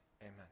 amen